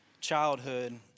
childhood